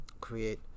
create